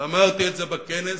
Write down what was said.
ואמרתי את זה בכנס,